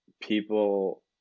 people